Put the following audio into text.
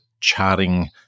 charting